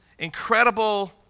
Incredible